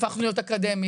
הפכנו להיות אקדמיים,